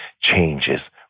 changes